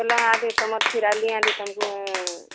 ତମକୁ